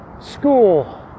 school